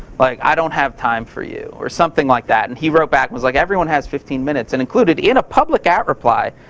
like i don't have time for you. or something like that. and he wrote back and was like, everyone has fifteen minutes. and included, in a public at reply,